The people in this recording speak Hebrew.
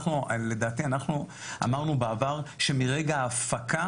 לדעתי אנחנו אמרנו בעבר שמרגע ההפקה